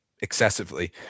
excessively